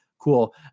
cool